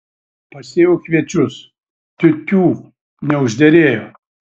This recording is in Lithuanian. pasėjau kviečius tiu tiū neužderėjo